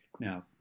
Now